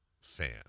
fan